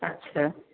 अच्छा